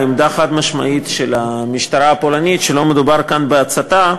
העמדה החד-משמעית של המשטרה הפולנית היא שלא מדובר כאן בהצתה,